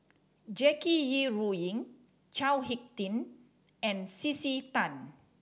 Jackie Yi Ru Ying Chao Hick Tin and C C Tan